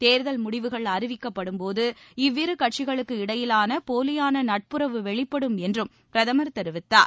தேர்தல் முடிவுகள் அறிவிக்கப்படும்போது இவ்விரு கட்சிகளுக்கு இடையிலான போலியான நட்புறவு வெளிப்படும் என்றும் பிரதமர் தெரிவித்தார்